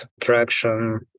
traction